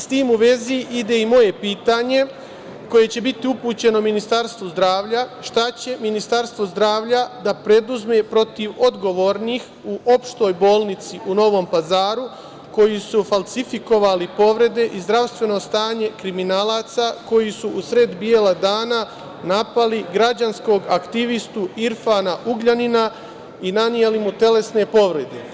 S tim u vezi ide i moje pitanje, koje će biti upućeno Ministarstvu zdravlja – šta će Ministarstvo zdravlja da preduzme protiv odgovornih u Opštoj bolnici u Novom Pazaru koji su falsifikovali povrede i zdravstveno stanje kriminalaca koji su usred bela dana napali građanskog aktivistu Irfana Ugljanina i naneli mu telesne povrede?